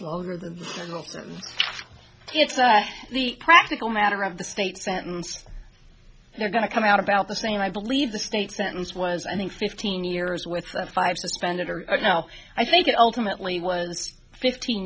and it's the practical matter of the state sentenced they're going to come out about the same i believe the state sentence was i think fifteen years with five suspended or no i think it ultimately was fifteen